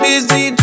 Busy